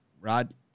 Rod